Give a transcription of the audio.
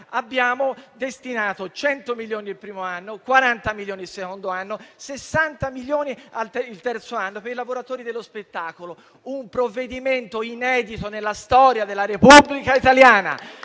ha destinato 100 milioni il primo anno, 40 milioni il secondo anno, 60 milioni il terzo anno ai lavoratori dello spettacolo. È stato un provvedimento inedito nella storia della Repubblica italiana!